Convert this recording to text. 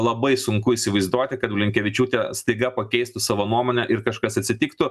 labai sunku įsivaizduoti kad blinkevičiūtė staiga pakeistų savo nuomonę ir kažkas atsitiktų